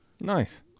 Nice